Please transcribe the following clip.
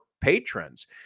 patrons